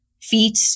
feet